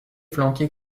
flanqué